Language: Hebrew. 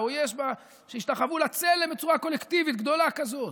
או יש ב"השתחוו לצלם" בצורה קולקטיבית גדולה כזאת,